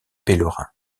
pèlerins